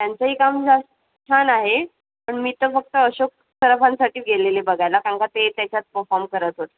त्यांचंही काम जास् छान आहे पण मी तर फक्त अशोक सरफांसाठी गेलेले बघायला कारण का ते त्याच्यात परफॉर्म करत होत्